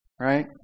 right